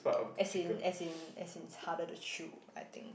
as in as in as in it's harder to chew I think